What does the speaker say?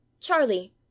Charlie